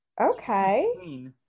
Okay